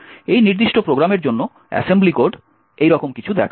এই নির্দিষ্ট প্রোগ্রামের জন্য অ্যাসেম্বলি কোড এই রকম কিছু দেখায়